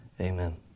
amen